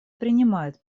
принимает